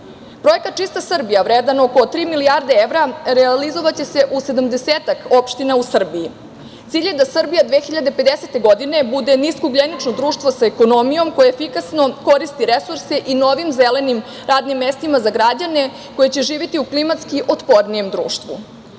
evra. Projekat „Čista Srbija“, vredan oko tri milijarde evra, realizovaće se u sedamdesetak opština u Srbiji. Cilj je da Srbija 2050. godine bude niskougljenično društvo sa ekonomijom koje efikasno koristi resurse i novim zelenim radnim mestima za građane koji će živeti u klimatski otpornijem društvu. Srbija